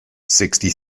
sixty